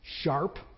sharp